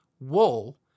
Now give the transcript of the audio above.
wool